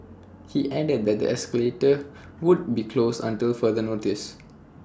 he added that the escalator would be closed until further notice